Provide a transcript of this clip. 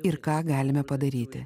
ir ką galime padaryti